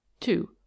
two